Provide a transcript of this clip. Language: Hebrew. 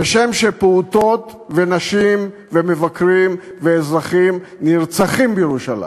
כשם שפעוטות ונשים ומבקרים ואזרחים נרצחים בירושלים.